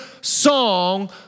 song